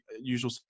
usual